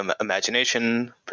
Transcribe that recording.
imagination